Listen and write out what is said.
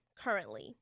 currently